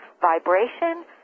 vibration